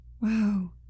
Wow